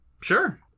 Sure